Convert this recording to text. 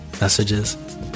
messages